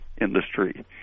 industry